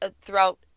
throughout